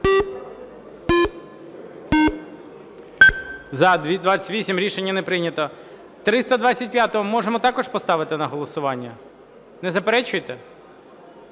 За-28 Рішення не прийнято. 325-у ми можемо також поставити на голосування? Не заперечуєте?